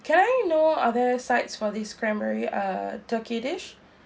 can I know other sides for these cranberry uh turkey dish